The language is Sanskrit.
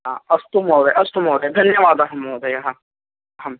अ अस्तु महोदय अस्तु महोदय धन्यवादः महोदयः आम्